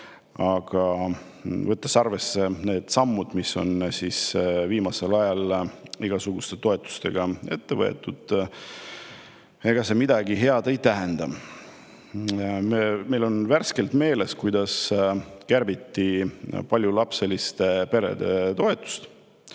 Aga võttes arvesse neid samme, mis on viimasel ajal igasuguste toetustega ette võetud, võib arvata, et see midagi head ei tähenda. Meil on värskelt meeles, kuidas kärbiti paljulapseliste perede toetust.